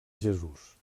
jesús